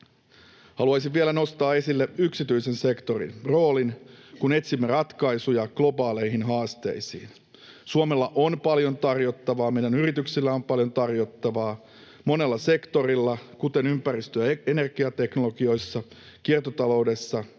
haluaisin vielä nostaa esille yksityisen sektorin roolin, kun etsimme ratkaisuja globaaleihin haasteisiin. Suomella on paljon tarjottavaa, meidän yrityksillä on paljon tarjottavaa monella sektorilla, kuten ympäristö- ja energiateknologioissa, kiertotaloudessa